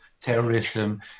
terrorism